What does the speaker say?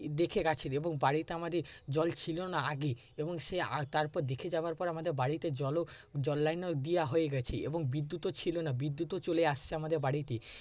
দেখে গেছেন এবং বাড়িতে আমাদের জল ছিলনা আগে এবং সে তারপর দেখে যাওয়ার পর আমাদের বাড়িতে জলও জললাইনও দিয়া হয়ে গেছে এবং বিদ্যুতও ছিলনা বিদ্যুতও চলে আসছে আমাদের বাড়িতে